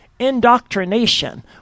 indoctrination